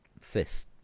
fifth